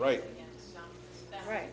right right